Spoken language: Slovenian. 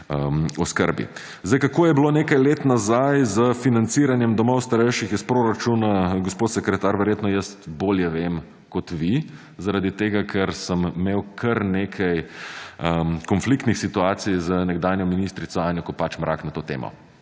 oskrbi. Zdaj, kako je bilo nekaj let nazaj s financiranjem domov starejših iz proračuna, gospod sekretar, verjetno jaz bolje vem kot vi, zaradi tega, ker sem imel kar nekaj konfliktnih situacij z nekdanjo ministrico Anjo Kopač Mrak na to temo.